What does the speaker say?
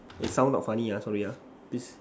eh sound not funny ah sorry ah this